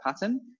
pattern